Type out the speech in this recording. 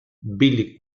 billy